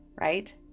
right